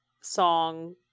song